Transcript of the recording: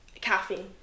caffeine